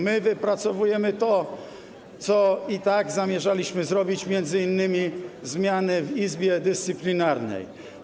My wypracowujemy to, co i tak zamierzaliśmy zrobić, m.in. zmiany w Izbie Dyscyplinarnej.